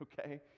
okay